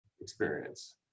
experience